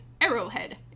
arrowhead